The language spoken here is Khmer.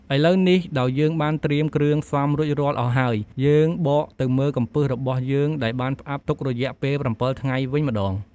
ឥឡូវនេះដោយយើងបានត្រៀមគ្រឿងផ្សំរួចរាល់អស់ហើយ យើងបកទៅមើលកំពឹសរបស់យើងដែលបានផ្អាប់ទុករយៈពេល ៧ថ្ងៃវិញម្ដង។